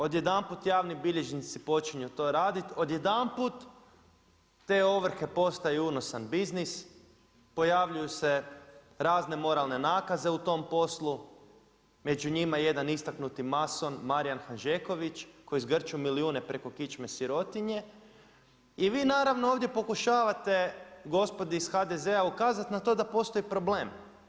Odjedanput javni bilježnici počinju to raditi, odjedanput te ovrhe postaju unosan biznis, pojavljuju se razne moralne nakaze u tom poslu među njima jedan istaknuti mason Marijan Hanžeković koji zgrče milijune preko kičme sirotinje i vi naravno ovdje pokušavate, gospodi iz HDZ-a ukazati na to postoji problem.